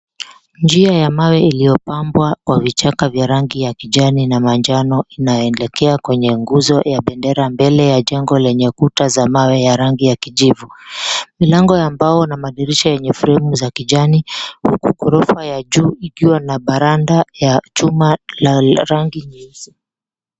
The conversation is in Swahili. Njia ya mawe iliyopambwa kwa vichaka vya rangi ya kijani na manjano, inayoelekea kwenye nguzo ya bendera mbele ya jengo lenye kuta za mawe ya rangi ya kijivu. Milango ya mbao na madirisha yenye fremu za kijani. Huku ghorofa ya juu ikiwa na varanda ya chuma la rangi nyeusi.